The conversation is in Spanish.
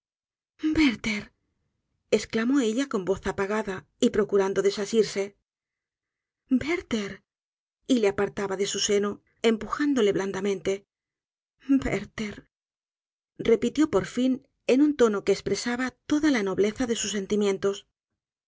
werther esclamó ella con voz apagada y procurando desasirse werther y le apartaba de su seno empujándole blandamente werther repitió por fin en un tono que espresaba toda la nobleza de sus sentimientos